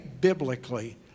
biblically